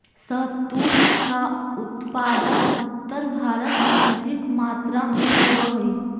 शहतूत का उत्पादन उत्तर भारत में अधिक मात्रा में होवअ हई